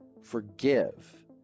forgive